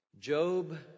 Job